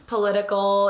political